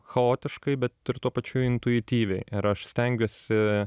chaotiškai bet tuo pačiu intuityviai ir aš stengiuosi